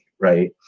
Right